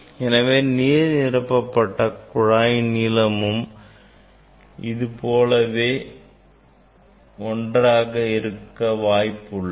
எனவே நீர் நிரப்பப்பட்ட குழாயின் நீளமும் ஒன்றாகவே இருக்க வாய்ப்புள்ளது